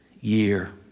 year